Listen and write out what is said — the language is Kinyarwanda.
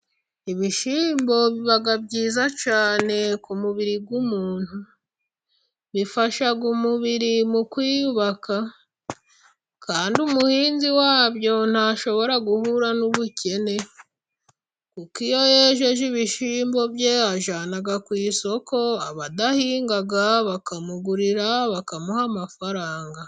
Ibishyimbo biba byiza cyane ku mubiri w'umuntu. Bifasha umubiri mu kwiyubaka, kandi umuhinzi wabyo ntashobora guhura n'ubukene kuko iyo yejeje ibishimbo bye, abijyana ku isoko abadahinga bakamugurira, bakamuha amafaranga.